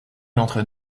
entre